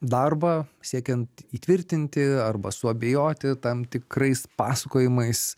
darbą siekiant įtvirtinti arba suabejoti tam tikrais pasakojimais